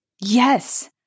Yes